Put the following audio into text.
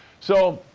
so,